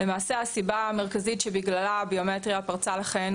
למעשה הסיבה המרכזית שבגללה הביומטריה פרצה לחיינו